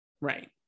Right